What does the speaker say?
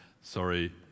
Sorry